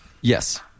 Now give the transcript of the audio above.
Yes